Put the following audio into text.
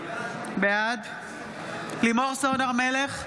בעד לימור סון הר מלך,